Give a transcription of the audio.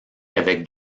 avec